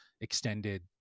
extended